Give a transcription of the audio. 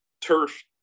turf